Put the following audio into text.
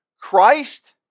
Christ